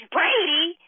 Brady